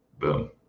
Boom